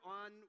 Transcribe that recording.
on